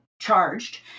charged